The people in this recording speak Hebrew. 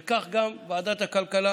וכך, גם ועדת הכלכלה